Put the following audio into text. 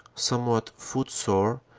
somewhat footsore,